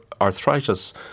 arthritis